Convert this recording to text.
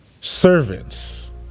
servants